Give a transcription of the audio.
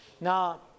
Now